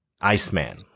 Iceman